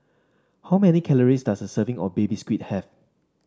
how many calories does a serving of Baby Squid have